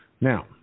Now